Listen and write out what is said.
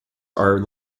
are